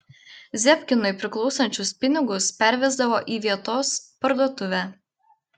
zebkinui priklausančius pinigus pervesdavo į vietos parduotuvę